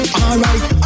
alright